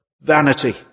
vanity